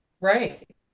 Right